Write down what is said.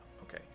okay